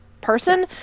person